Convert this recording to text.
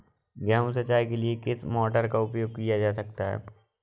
गेहूँ सिंचाई के लिए किस मोटर का उपयोग किया जा सकता है?